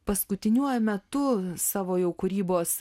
paskutiniuoju metu savo jau kūrybos